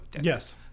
yes